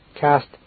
cast